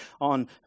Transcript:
on